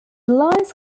lies